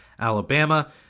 alabama